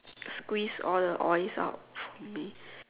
squeeze all the oil out